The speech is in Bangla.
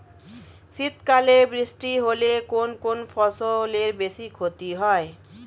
শীত কালে বৃষ্টি হলে কোন কোন ফসলের বেশি ক্ষতি হয়?